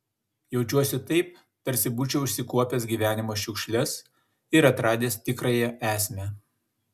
jaučiuosi taip tarsi būčiau išsikuopęs gyvenimo šiukšles ir atradęs tikrąją esmę